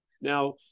Now